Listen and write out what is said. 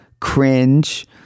Cringe